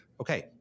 okay